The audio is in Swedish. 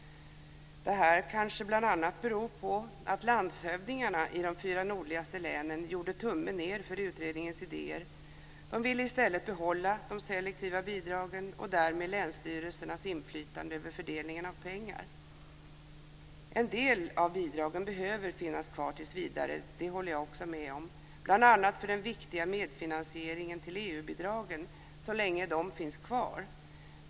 Detta kanske bl.a. beror på att landshövdingarna i de fyra nordligaste länen gjorde tummen ned för utredningens idéer. De ville i stället behålla de selektiva bidragen och därmed länsstyrelsernas inflytande över fördelningen av pengar. En del av bidragen behöver finnas kvar tills vidare - det håller jag med om - bl.a. för den viktiga medfinansieringen till EU-bidragen, så länge de finns kvar.